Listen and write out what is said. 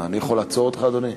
מה, אני יכול לעצור אותך, אדוני?